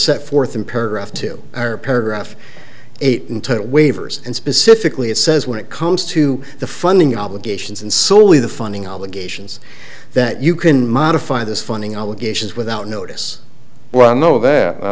set forth in paragraph two or paragraph eight in total waivers and specifically it says when it comes to the funding obligations and solely the funding obligations that you can modify this funding obligations without notice well no they know that i